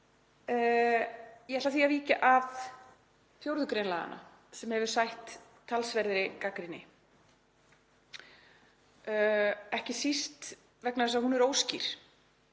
Ég ætla því að víkja að 4. gr. laganna sem hefur sætt talsverðri gagnrýni, ekki síst vegna þess að hún er óskýr.